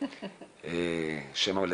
אהובה על